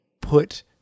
put